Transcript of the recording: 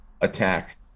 attack